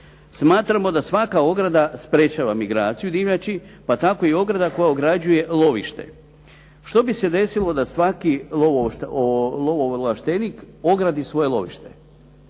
Smatramo da svaka ograda sprječava migraciju divljači pa tako i ograda koja ograđuje lovište. Što bi se desilo da svaki lovoovlaštenik ogradi svoje lovište?